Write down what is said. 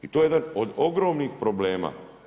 I to je jedan od ogromnih problema.